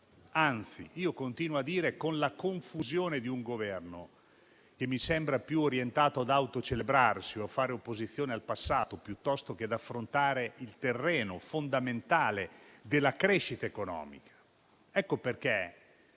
anzi, io continuo a dire che vi è la confusione di un Governo che mi sembra più orientato ad autocelebrarsi o a fare opposizione al passato piuttosto che ad affrontare il terreno fondamentale della crescita economica. Siamo di